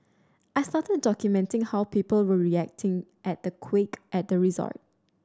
I started documenting how people were reacting at the quake at the resort